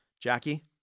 Jackie